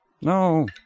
No